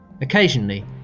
Occasionally